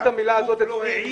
כתבתי את המילה הזאת אצלי.